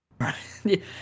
Right